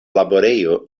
laborejo